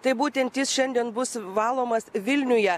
tai būtent jis šiandien bus valomas vilniuje